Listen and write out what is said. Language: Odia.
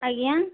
ଆଜ୍ଞା